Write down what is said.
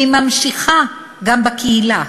והיא ממשיכה גם בקהילה.